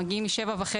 מגיעים מ-7:30,